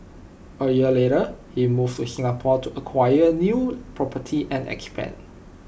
A year later he moved to Singapore to acquire new property and expand